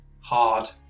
hard